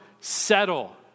settle